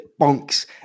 bonks